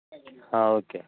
okay